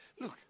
Look